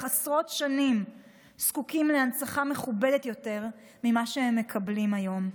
עשרות שנים זקוקים להנצחה מכובדת יותר ממה שהם מקבלים היום.